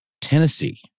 tennessee